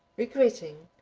regretting,